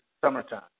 summertime